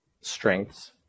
strengths